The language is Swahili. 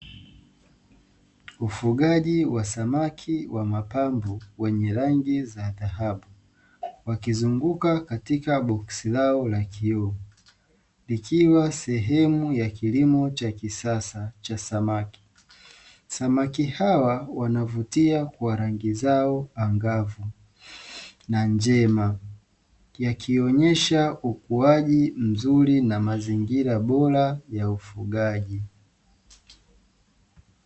Ufugaji wa samaki wa mapambo wenye rangi za dhahabu wakizunguka katika boksi lao la kioo, likiwa sehemu ya kilimo cha kisasa cha samaki. Samaki hawa wanavutia kwa rangi zao angavu na njema yakionyesha ukuaji mzuri na mazingira bora ya ufugaji.